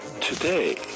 Today